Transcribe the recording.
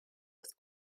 was